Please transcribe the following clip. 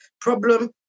Problem